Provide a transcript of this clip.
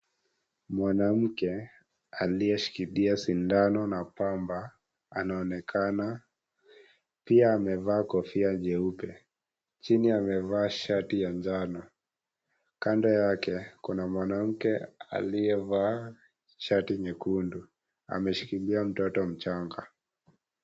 Mwanamke, aliyeshikilia sindano na pamba, anaonekana. Pia amevaa kofia jeupe. Chini amevaa shati ya njano. Kando yake, kuna mwanamke aliyevaa shati nyekundu, ameshikilia mtoto mchanga.